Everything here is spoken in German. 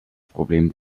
problem